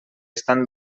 estan